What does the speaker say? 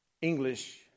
English